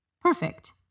Perfect